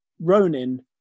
Ronin